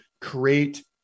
create